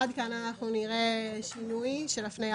אנחנו נראה שינוי של הפניה